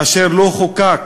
אשר לא חוקק